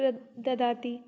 प्र ददाति